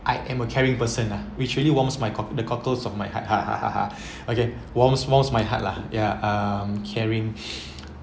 I am a caring person ah which really warms my cock~ the cockles of my heart okay warms warms my heart lah ya um caring